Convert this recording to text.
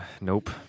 Nope